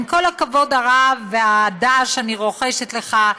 עם כל הכבוד הרב והאהדה שאני רוחשת לך,